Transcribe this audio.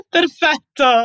Perfetto